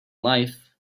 life